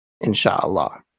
Inshallah